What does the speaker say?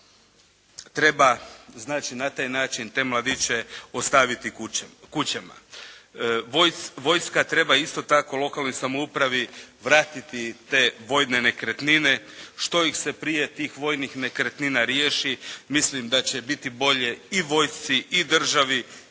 znači na taj način te mladiće ostaviti kućama. Vojska treba isto tako lokalnoj samoupravi vratiti te vojne nekretnine. Što ih se prije tih vojnih nekretnina riješi mislim da će biti bolje i vojsci i državi,